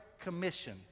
commission